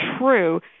true